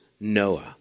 Noah